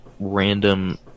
random